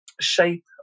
shape